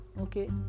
okay